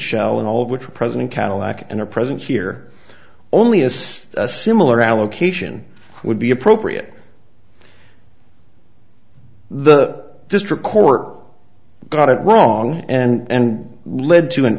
shell and all of which were present cadillac and are present here only as a similar allocation would be appropriate the district court got it wrong and led to an